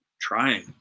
trying